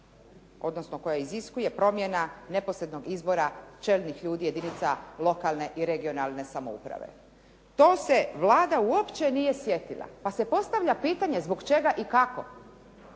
a koja iziskuje promjena neposrednih izbora čelnih ljudi jedinica lokalne i regionalne samouprave. Tog se Vlada uopće nije sjetila. Pa se postavlja pitanje zbog čega i kako?